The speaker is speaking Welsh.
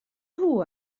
nhw